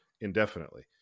indefinitely